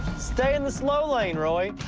stay in the slow lane, roy.